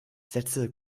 setzte